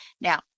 Now